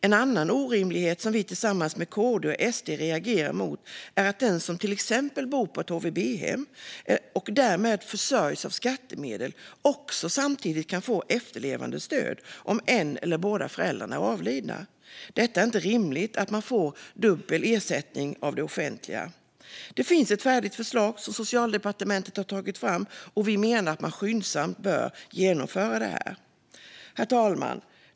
En annan orimlighet som vi tillsammans med KD och SD reagerar mot är att den som till exempel bor på ett HVB-hem och därmed försörjs av skattemedel också samtidigt kan få efterlevandestöd om en av eller båda föräldrarna är avlidna. Det är inte rimligt att man får dubbel ersättning av det offentliga. Det finns ett färdigt förslag som Socialdepartementet har tagit fram, och vi menar att man skyndsamt bör genomföra detta. Herr talman!